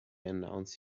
announce